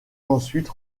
ensuite